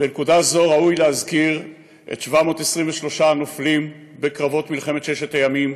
בנקודה זו ראוי להזכיר את 723 הנופלים בקרבות מלחמת ששת הימים.